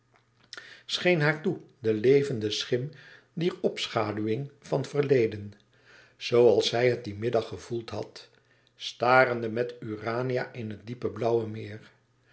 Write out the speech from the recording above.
scheen haar toe de levende schim dier opschaduwing van verleden zooals zij het dien middag gevoeld had starende met urania in het diepe blauwe meer